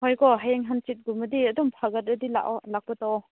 ꯍꯣꯏ ꯀꯣ ꯍꯌꯦꯡ ꯍꯪꯆꯤꯠ ꯀꯨꯝꯕꯗꯤ ꯑꯗꯨꯝ ꯐꯒꯠꯂꯗꯤ ꯂꯥꯛꯑꯣ ꯂꯥꯛꯄ ꯇꯧꯋꯣ